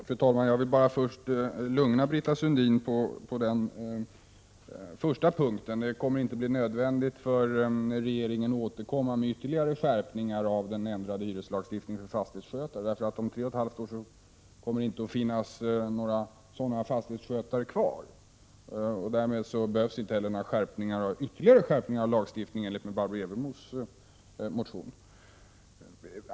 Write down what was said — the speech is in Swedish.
Fru talman! Först vill jag bara lugna Britta Sundin på den första punkten. Det kommer inte att bli nödvändigt för regeringen att återkomma med förslag om ytterligare skärpningar av den nämnda hyreslagstiftningen för fastighetsskötare, för om tre och ett halvt år kommer det inte att finnas några sådana fastighetsskötare kvar. Därmed behövs inte heller några ytterligare skärpningar av lagstiftningen i enlighet med Barbro Evermos motion.